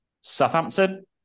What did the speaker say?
Southampton